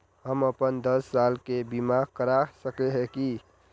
हम अपन दस साल के बीमा करा सके है की?